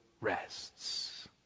rests